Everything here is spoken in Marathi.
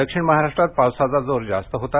दक्षिण महाराष्ट्रात पावसाचा जोर जास्त होता